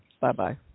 bye-bye